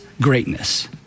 greatness